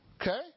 Okay